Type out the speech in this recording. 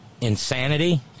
insanity